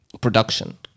production